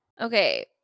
Okay